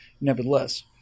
Nevertheless